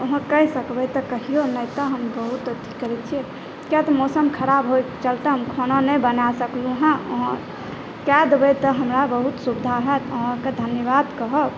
अहाँ कहि सकबै तँ कहिऔ नहि तऽ हम बहुत अथी करै छिए किए तऽ मौसम खराब होइ चलितै हम खाना नहि बना सकलहुँ हँ अहाँ देबै तँ हमरा बहुत सुविधा हैत अहाँके धन्यवाद कहब